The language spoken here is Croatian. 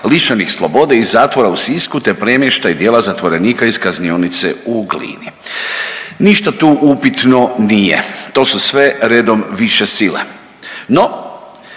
lišenih slobode iz zatvora u Sisku te premještaj dijela zatvorenika iz kaznionice u Glini. Ništa tu upitno nije. To su sve redom više sile. No,